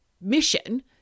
mission